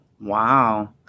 Wow